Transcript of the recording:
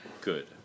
good